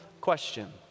question